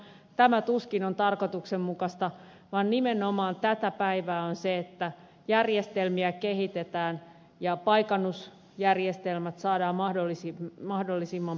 tämä tuskin on tarkoituksenmukaista vaan nimenomaan tätä päivää on se että järjestelmiä kehitetään ja paikannusjärjestelmät saadaan mahdollisimman pian käyttöön